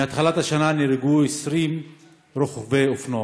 מהתחלת השנה נהרגו 20 רוכבי אופנוע.